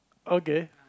okay